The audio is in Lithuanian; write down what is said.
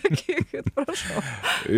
pasakykit prašau